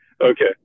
okay